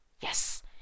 Yes